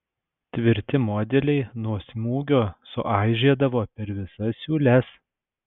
tvirti modeliai nuo smūgio suaižėdavo per visas siūles